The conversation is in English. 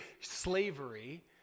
slavery